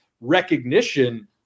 recognition